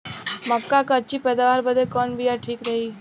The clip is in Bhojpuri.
मक्का क अच्छी पैदावार बदे कवन बिया ठीक रही?